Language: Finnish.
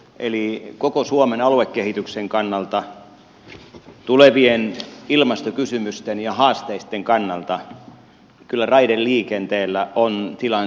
eli koko suomen aluekehityksen kannalta tulevien ilmastokysymysten ja haasteitten kannalta raideliikenteellä on kyllä tilansa ja sijansa